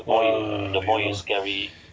!wah! ya lor